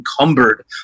encumbered